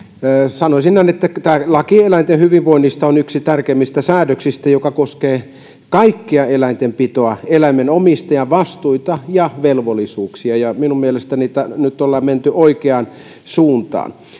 sanoisin että tämä laki eläinten hyvinvoinnista on yksi tärkeimmistä säädöksistä joka koskee kaikkea eläintenpitoa eläimen omistajan vastuita ja velvollisuuksia minun mielestäni nyt on menty oikeaan suuntaan